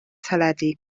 teledu